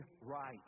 right